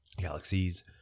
galaxies